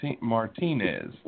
Martinez